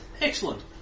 Excellent